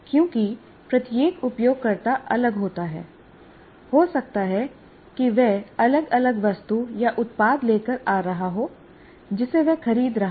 क्योंकि प्रत्येक उपयोगकर्ता अलग होता है हो सकता है कि वह अलग अलग वस्तु या उत्पाद लेकर आ रहा हो जिसे वह खरीद रहा हो